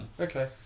Okay